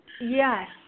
Yes